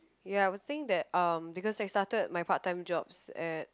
ya but I think that um because I started my part time jobs at